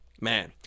Man